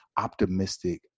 optimistic